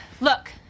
look